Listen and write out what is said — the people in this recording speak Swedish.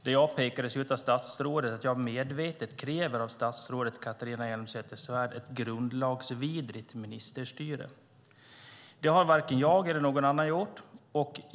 Där sade statsrådet att jag medvetet kräver ett grundlagsvidrigt ministerstyre av statsrådet Catharina Elmsäter-Svärd. Det har varken jag eller någon annan gjort.